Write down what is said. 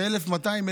זה 1,100,